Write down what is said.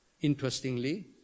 Interestingly